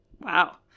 Wow